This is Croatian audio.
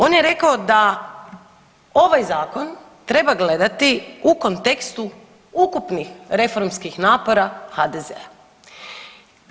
On je rekao da ovaj Zakon treba gledati u kontekstu ukupnih reformskih napora HDZ-a.